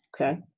Okay